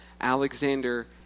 Alexander